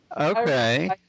Okay